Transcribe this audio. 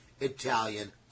Italian